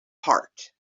heart